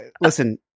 Listen